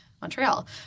Montreal